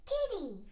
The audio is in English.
Kitty